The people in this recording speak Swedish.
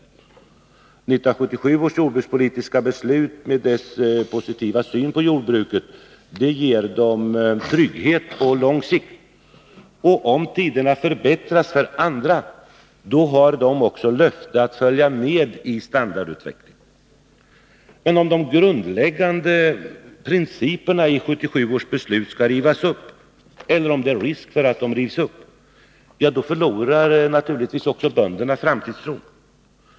1977 års jordbrukspolitik har en positiv syn på jordbruket och ger den trygghet på lång sikt. Om tiderna sedan förbättras för alla har också de möjlighet att vara med i standardutvecklingen. Men om det är risk för att principerna i 1977 års beslut skall rivas upp, förlorar också bönderna framtidstron.